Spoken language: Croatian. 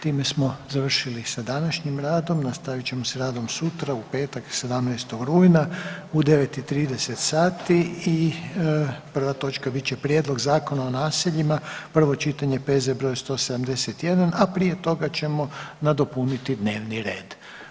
Time smo završili sa današnjim radom, nastavit ćemo s radom sutra u petak 17. rujna u 9 i 30 sati i prva točka bit će Prijedlog Zakona o naseljima, prvo čitanje, P.Z. broj 171, a prije toga ćemo nadopuniti dnevni red.